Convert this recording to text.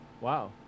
Wow